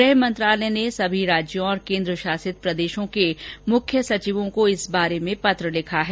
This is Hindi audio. गृह मंत्रालय ने सभी राज्यों और केंद्र शासित प्रदेशों के मुख्य सचिवों को इस बारे में पत्र लिखा है